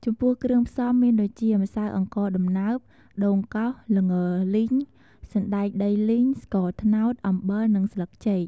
ចំពោះគ្រឿងផ្សំមានដូចជា ម្សៅអង្ករដំណើប ដូងកោស ល្ងលីង សណ្តែកដីលីង ស្ករត្នោត អំបិល និងស្លឹកចេក។